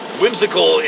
whimsical